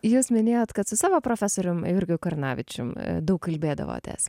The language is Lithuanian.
jūs minėjot kad su savo profesorium jurgiu karnavičium daug kalbėdavotės